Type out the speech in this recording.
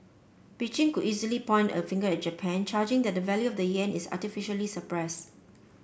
Beijing could easily point a finger at Japan charging that the value of the yen is artificially suppress